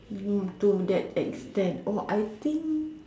to that extent oh I think